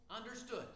understood